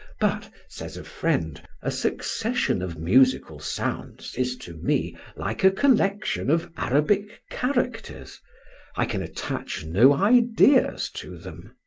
but, says a friend, a succession of musical sounds is to me like a collection of arabic characters i can attach no ideas to them.